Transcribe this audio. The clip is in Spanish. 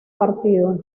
partido